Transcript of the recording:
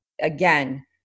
again